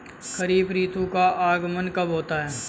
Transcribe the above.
खरीफ ऋतु का आगमन कब होता है?